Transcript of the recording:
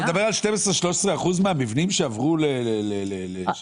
אתה מדבר על 13%-12% מהמבנים שעברו שיפור,